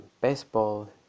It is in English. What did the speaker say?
baseball